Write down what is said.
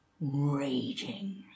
raging